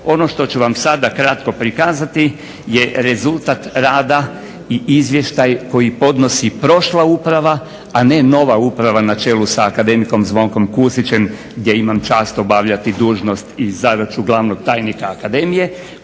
Ono što ću vam sada kratko prikazati je rezultat rada i izvještaj koji podnosi prošla uprava, a ne nova uprava na čelu sa akademikom Zvonkom Kusićem gdje imam čast obavljati dužnost i zadaću glavnog tajnika akademije